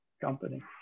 company